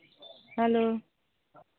hello